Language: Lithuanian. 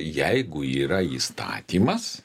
jeigu yra įstatymas